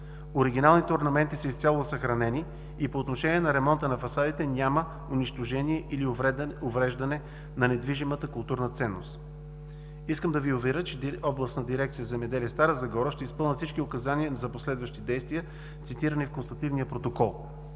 Оригиналните орнаменти са изцяло съхранени и по отношение на ремонта на фасадите няма унищожени или увреждане на недвижимата културна ценност“. Искам да ви уверя, че Областна дирекция „Земеделие“ – Стара Загора, ще изпълни всички указания за последващи действия, цитирани в констативния протокол.